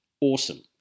Awesome